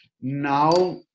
now